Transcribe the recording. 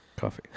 Coffee